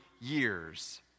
years